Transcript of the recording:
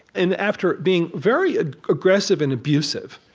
and after being very ah aggressive and abusive,